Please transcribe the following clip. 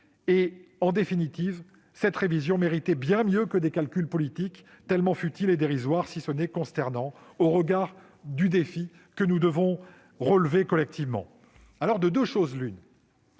En définitive, cette révision méritait bien mieux que des calculs politiques, tellement futiles et dérisoires, pour ne pas dire consternants, au regard du défi que nous devons relever collectivement. Alors, de deux choses l'une